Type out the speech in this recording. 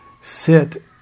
sit